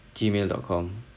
gmail dot com